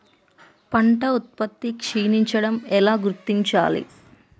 పంట ఉత్పత్తి క్షీణించడం ఎలా గుర్తించాలి?